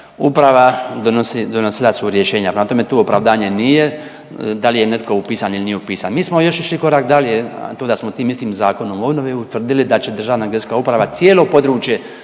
donosi, donosila su rješenja. Prema tome tu opravdanje nije da li je netko upisan ili nije upisan. Mi smo još išli korak dalje, a to da smo tim istim Zakonom o obnovi utvrdili da će Državna geodetska uprava cijelo područje